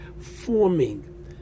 forming